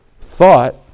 thought